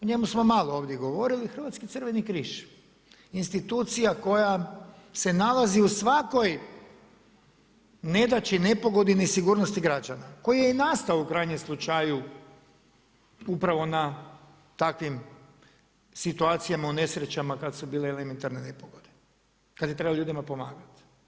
O njemu smo malo ovdje govorili, Hrvatski crveni križ, institucija koja se nalazi u svakoj nedaći, nepogodi i nesigurnosti građana, koji je i nastao u krajnjem slučaju upravo na takvim situacijama u nesrećama kada su bile elementarne nepogode, kada je trebalo ljudima pomagati.